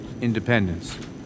independence